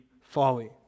Folly